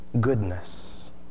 goodness